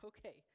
Okay